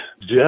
Jeff